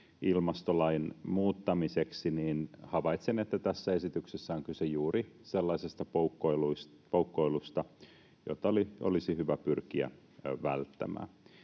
ilmastolain muuttamiseksi, havaitsen, että tässä esityksessä on kyse juuri sellaisesta poukkoilusta, jota olisi hyvä pyrkiä välttämään.